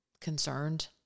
concerned